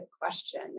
question